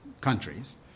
countries